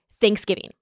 Thanksgiving